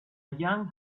young